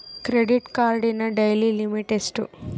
Credit ಕಾರ್ಡಿನ daily limit ಎಷ್ಟು?